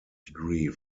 degree